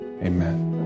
Amen